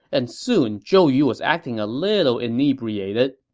and soon zhou yu was acting a little inebriated.